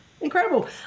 incredible